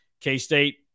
K-State